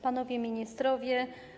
Panowie Ministrowie!